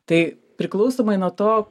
tai priklausomai nuo to